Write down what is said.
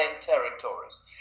territories